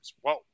Whoa